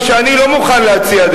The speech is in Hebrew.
מה שאני לא מוכן להציע,